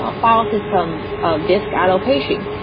ah file system ah disk allocation,